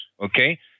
okay